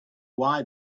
why